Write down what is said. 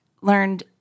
learned